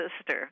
sister